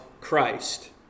Christ